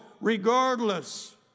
regardless